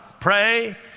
pray